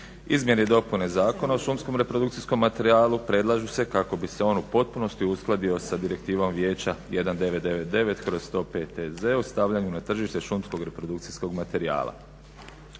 Izmjene i dopune Zakona o šumskom reprodukcijskom materijalu predlažu se kako bi se on u potpunosti uskladio sa Direktivom Vijeća 199/105EZ o stavljanju na tržište šumskog reprodukcijskog materijala.